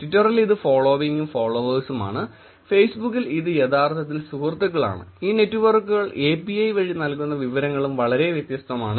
ട്വിറ്ററിൽ ഇത് ഫോളോവിങ്ങും ഫോളോവേഴ്സും ആണ് ഫേസ്ബുക്കിൽ ഇത് യഥാർത്ഥത്തിൽ സുഹൃത്തുക്കളാണ് ഈ നെറ്റ്വർക്കുകൾ API വഴി നൽകുന്ന വിവരങ്ങളും വളരെ വ്യത്യസ്തമാണ്